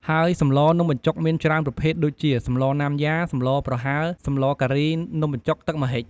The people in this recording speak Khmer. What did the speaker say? ហើយសម្លនំបញ្ចុកមានច្រើនប្រភេទដូចជា សម្លណាំយ៉ា សម្លប្រហើរ សម្លការី នំបញ្ចុកទឹកម្ហិច។